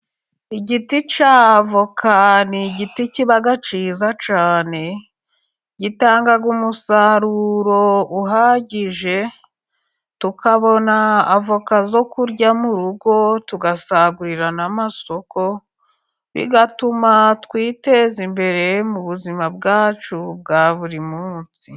Igiti cy'avoka ni igiti kibaga cyiza cyane, gitanga umusaruro uhagije. tukabona avoka zo kurya mu rugo, tugasagurira n' amasosoko, bigatuma twiteza imbere mu buzima bwacu bwa buri munsi.